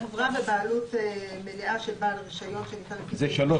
חברה בבעלות מלאה של בעל רישיון שניתן לפי סעיף 60א,